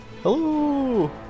Hello